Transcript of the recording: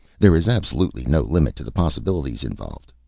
there is absolutely no limit to the possibilities involved.